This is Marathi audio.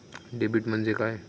डेबिट म्हणजे काय?